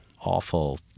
awful